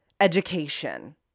education